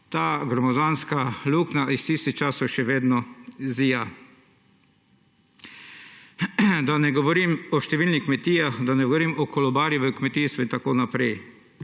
ta gromozanska luknja iz tistih časov še vedno zija, da ne govorim o številnih kmetijah, da ne govorim o kolobarjih v kmetijstvu in tako naprej.